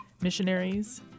missionaries